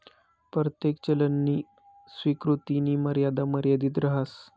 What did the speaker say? परतेक चलननी स्वीकृतीनी मर्यादा मर्यादित रहास